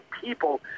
people